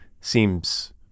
seems